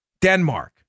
Denmark